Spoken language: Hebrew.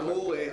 כאמור,